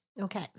Okay